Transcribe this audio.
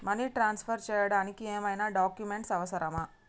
Money transfer చేయడానికి ఏమైనా documents అవసరమా?